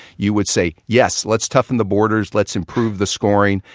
you would say yes, let's toughen the borders. let's improve the scoring.